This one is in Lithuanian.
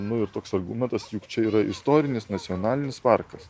nu ir toks argumentas juk čia yra istorinis nacionalinis parkas